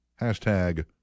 hashtag